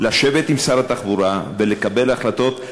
לשבת עם שר התחבורה ולקבל החלטות?